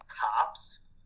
cops